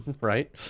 right